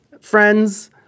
friends